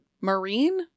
marine